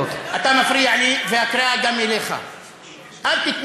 הדדי, ולכן